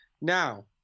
Now